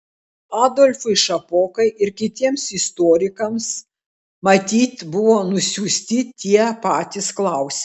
adolfui šapokai ir kitiems istorikams matyt buvo nusiųsti tie patys klausimai